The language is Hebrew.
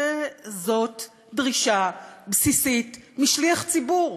זאת דרישה בסיסית משליח ציבור.